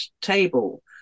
table